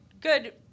good –